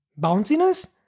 bounciness